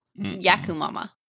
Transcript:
Yakumama